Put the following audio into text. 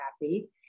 happy